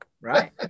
right